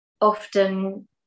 often